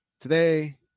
today